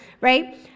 right